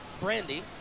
Brandy